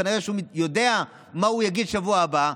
כנראה שהוא יודע מה הוא יגיד בשבוע הבא,